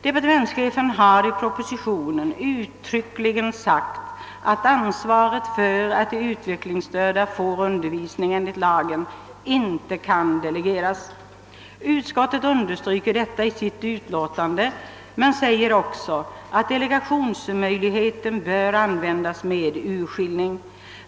Departementschefen har i propositionen uttryckligen sagt att ansvaret för att de utvecklingsstörda får undervisning enligt lagen inte kan delegeras. Utskottet understryker detta i sitt utlåtande men säger också att delegationsmöjligheten bör användas med urskillning.